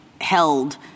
held